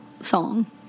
song